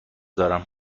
دارم